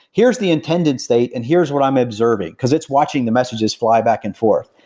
here's the intended state and here's what i'm observing, because it's watching the messages fly back and forth.